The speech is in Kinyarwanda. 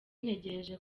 ntegereje